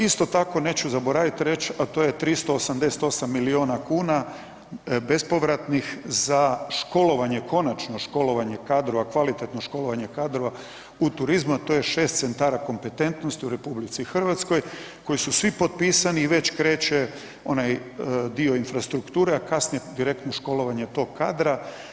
Isto tako neću zaboravit reć, a to je 388 milijuna kuna bespovratnih za školovanje, konačno školovanje kadrova, kvalitetno školovanje kadrova u turizmu a to je 6 centara kompetentnosti u RH koji su svi potpisani i već kreće onaj dio infrastrukture a kasnije direktno školovanje tog kadra.